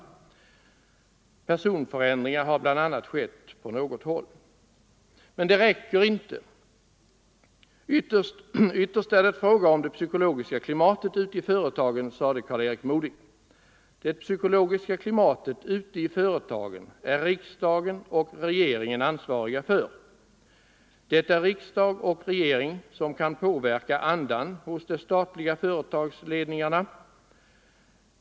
Personförändringar har bl.a. skett på något håll. Men det räcker inte. ”Ytterst är det ändå en fråga om det psykologiska klimatet ute i företagen”, sade Karl-Erik Modig. Det psykologiska klimatet ute i företagen är riksdagen och regeringen ansvariga för. Det är riksdag och regering som kan påverka andan hos de statliga företagsledningarna.